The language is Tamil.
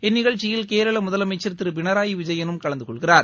இந்நிகழ்ச்சியில் கேரள முதலமைச்சர் திரு பினராயி விஜயனும் கலந்து கொள்கிறார்